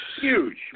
huge